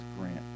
grant